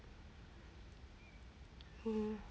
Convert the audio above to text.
hmm